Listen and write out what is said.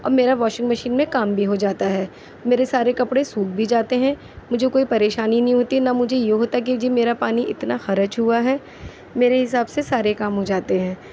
اور میرا washing machine میں کام بھی ہو جاتا ہے میرے سارے کپڑے سوکھ بھی جاتے ہیں مجھے کوئی پریشانی نہیں ہوتی نہ مجھے یہ ہوتا ہے کہ جی میرا پانی اتنا خرچ ہُوا ہے میرے حساب سے سارے کام ہو جاتے ہیں